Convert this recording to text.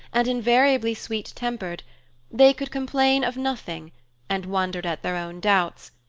and invariably sweet-tempered they could complain of nothing and wondered at their own doubts,